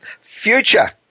future